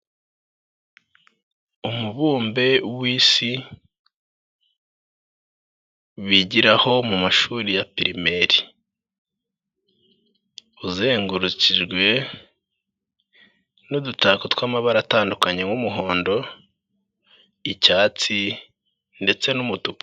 Umubumbe w'isi bigiraho mu mashuri ya pirimeri, uzengurukijwe n'udutako tw'amabara atandukanye nk'umuhondo, icyatsi ndetse n'umutuku.